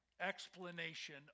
explanation